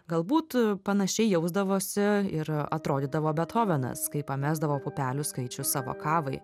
galbūt panašiai jausdavosi ir atrodydavo bethovenas kai pamesdavo pupelių skaičių savo kavai